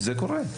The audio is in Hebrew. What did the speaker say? וזה קורה.